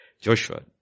Joshua